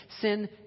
sin